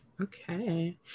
Okay